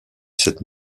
cette